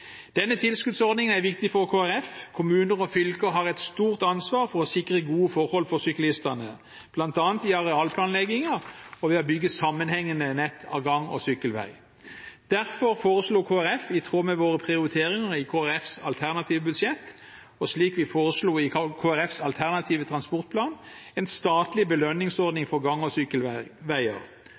Denne tilskuddsordningen er viktig for Kristelig Folkeparti. Kommuner og fylker har et stort ansvar for å sikre gode forhold for syklistene, bl.a. i arealplanleggingen og ved å bygge sammenhengende nett av gang- og sykkelvei. Derfor foreslo Kristelig Folkeparti, i tråd med prioriteringer i vårt alternative budsjett og slik vi foreslo i vår alternative transportplan, en statlig belønningsordning for gang- og